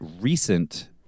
recent